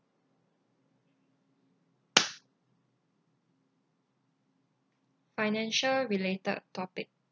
financial related topic